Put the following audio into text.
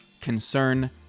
concern